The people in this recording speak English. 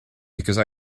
because